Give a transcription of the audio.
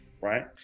right